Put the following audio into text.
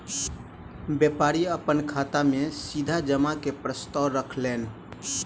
व्यापारी अपन खाता में सीधा जमा के प्रस्ताव रखलैन